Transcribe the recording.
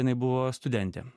jinai buvo studentė